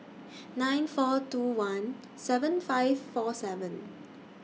nine four two one seven five four seven